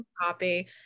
copy